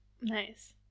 Nice